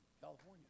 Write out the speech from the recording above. California